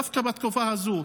דווקא בתקופה הזאת.